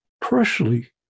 Personally